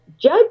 Judge